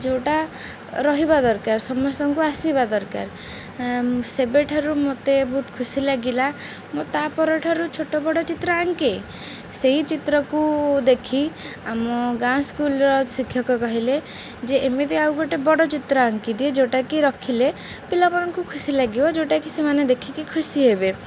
ଯେଉଁଟା ରହିବା ଦରକାର ସମସ୍ତଙ୍କୁ ଆସିବା ଦରକାର ସେବେ ଠାରୁ ମୋତେ ବହୁତ ଖୁସି ଲାଗିଲା ମୁଁ ତା ପର ଠାରୁ ଛୋଟ ବଡ଼ ଚିତ୍ର ଆଙ୍କେ ସେଇ ଚିତ୍ରକୁ ଦେଖି ଆମ ଗାଁ ସ୍କୁଲର ଶିକ୍ଷକ କହିଲେ ଯେ ଏମିତି ଆଉ ଗୋଟେ ବଡ଼ ଚିତ୍ର ଆଙ୍କିଦିଏ ଯେଉଁଟାକି ରଖିଲେ ପିଲାମାନଙ୍କୁ ଖୁସି ଲାଗିବ ଯେଉଁଟାକି ସେମାନେ ଦେଖିକି ଖୁସି ହେବେ